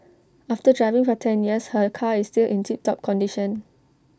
after driving for ten years her car is still in tip top condition